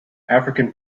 african